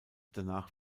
danach